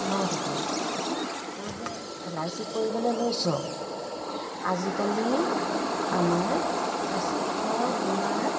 ন টুটু তই যে এল আই চি কৰিবলৈ লৈছ আজিকালি আমাৰ স্বাস্থ্য বীমাৰ